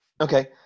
Okay